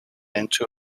into